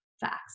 facts